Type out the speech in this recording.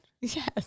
Yes